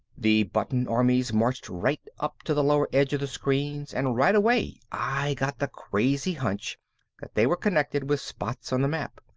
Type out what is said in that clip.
the button armies marched right up to the lower edge of the screens and right away i got the crazy hunch that they were connected with spots on the map.